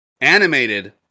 animated